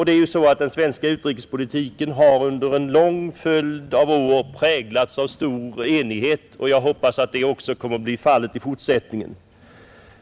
Det är ju också så att den svenska utrikespolitiken under en lång följd av år har präglats av stor enighet, och jag hoppas att så kommer att bli fallet även i fortsättningen.